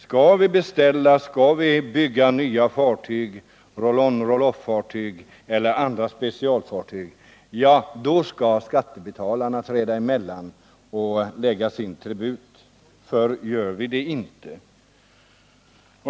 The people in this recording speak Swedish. Skall rederierna beställa och låta bygga nya fartyg — roll-on-roll-off-fartyg eller andra specialfartyg? Då skall skattebetalarna träda emellan och lägga sin tribut, annars gör de det inte.